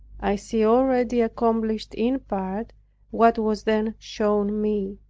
i see already accomplished in part what was then shown me.